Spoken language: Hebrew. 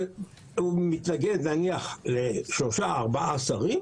הוא מתנגד נניח לשלושה-ארבעה שרים,